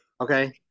Okay